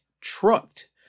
trucked